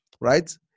right